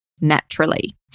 Naturally